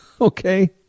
okay